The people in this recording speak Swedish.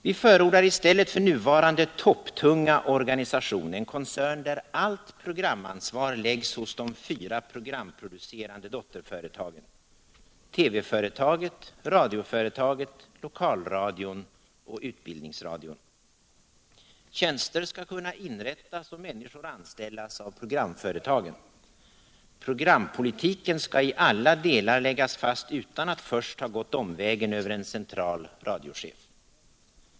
Vi förordar i stället för nuvarande topptunga organisation en koncern där allt programansvar läggs hos de fyra programproducerande dotterföretagen — TV-företaget, radioföretaget, lokalradion och utbildningsradion. Tjänster skall kunna inrättas och människor anställas av programföretagen. Programpolitiken skall i alla delar läggas fast utan att först ha gått omvägen över en central radiochef.